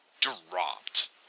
dropped